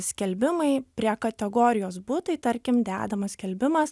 skelbimai prie kategorijos butai tarkim dedamas skelbimas